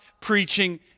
preaching